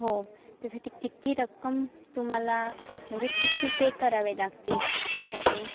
हो त्यासाठी किती रक्कम तुम्हाला म्हणजे किती पे करावे लागतील यासाठी